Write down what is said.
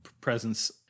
presence